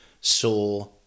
saw